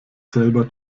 selber